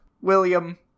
William